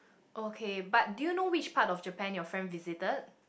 okay but do you know which part of Japan you family visited